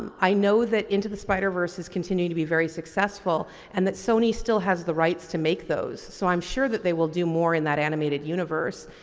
um i know that into the spider verse continue to be very successful and that sony still has the rights to make those, so i'm sure that they will do more in that animated universe.